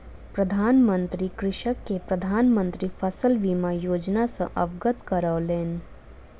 प्रधान मंत्री कृषक के प्रधान मंत्री फसल बीमा योजना सॅ अवगत करौलैन